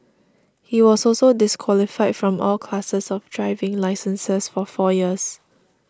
he was also disqualified from all classes of driving licenses for four years